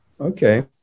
Okay